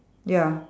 ya